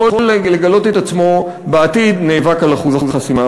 לגלות את עצמו בעתיד נאבק על אחוז החסימה.